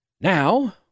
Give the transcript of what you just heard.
now